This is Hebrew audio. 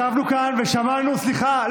ישבנו כאן ושמענו, סליחה.